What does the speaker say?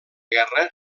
guerra